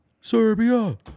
Serbia